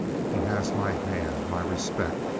he has my hand, my respect,